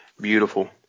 Beautiful